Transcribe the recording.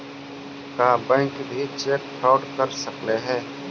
का बैंक भी cheque fraud कर सकलई हे?